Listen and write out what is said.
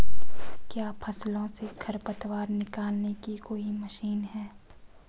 क्या फसलों से खरपतवार निकालने की कोई मशीन है?